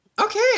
Okay